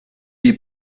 est